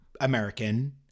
American